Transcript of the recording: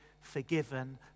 forgiven